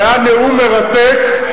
זה היה נאום מרתק,